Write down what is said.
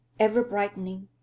ever-brightening